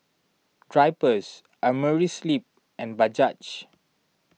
Drypers Amerisleep and Bajaj